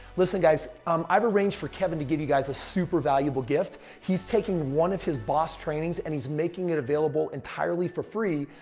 listen guys, um i've arranged for kevin to give you guys a super valuable gift. he's taking one of his boss trainings and he's making it available entirely for free.